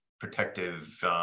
protective